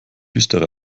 düstere